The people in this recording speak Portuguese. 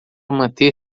manter